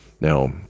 now